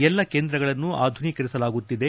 ಎಲ್ಲ ಕೇಂದ್ರಗಳನ್ನು ಆಧುನೀಕರಿಸಲಾಗುತ್ತಿದೆ